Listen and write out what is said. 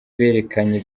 berekanye